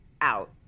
out